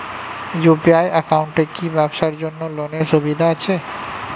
UPI একাউন্টে কি ব্যবসার জন্য লোনের সুবিধা আছে?